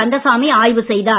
கந்தசாமி ஆய்வு செய்தார்